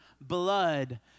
blood